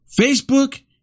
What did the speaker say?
Facebook